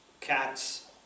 cats